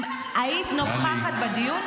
אם היית נוכחת בדיון,